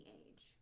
age